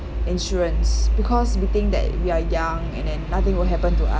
insurance because we think that we are young and and nothing will happen to